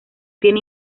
tiene